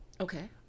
Okay